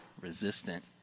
resistant